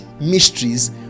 mysteries